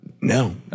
No